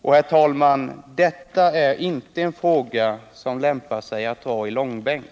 Herr talman! Detta är inte en fråga som lämpar sig att dra i långbänk!